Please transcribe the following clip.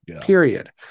Period